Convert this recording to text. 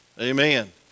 Amen